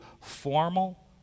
formal